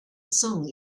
song